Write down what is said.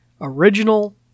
original